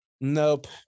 Nope